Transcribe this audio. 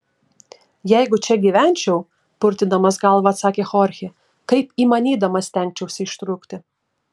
jeigu čia gyvenčiau purtydamas galvą atsakė chorchė kaip įmanydamas stengčiausi ištrūkti